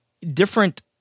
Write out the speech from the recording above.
different